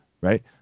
right